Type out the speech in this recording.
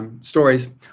Stories